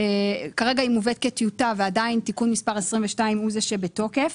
כרגע היא מובאת כטיוטה ועדיין תיקון מספר 22 הוא זה שבתוקף.